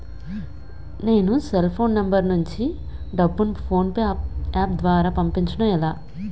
నేను cell phone number నుంచి డబ్బును ను ఫోన్పే అప్ ద్వారా పంపించడం ఎలా?